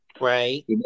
Right